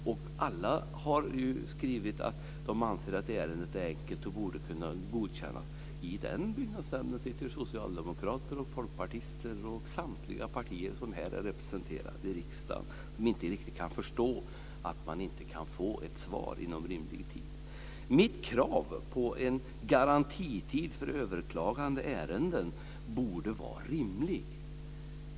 Alla har skrivit att de anser att ärendet är enkelt och borde kunna godkännas. I den byggnadsnämnden sitter socialdemokrater, folkpartister och personer från samtliga partier som är representerade här i riksdagen. De kan inte riktigt förstå att man inte kan få ett svar inom rimlig tid. Mitt krav på en garantitid för överklagade ärenden borde vara rimligt.